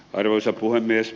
arvoisa puhemies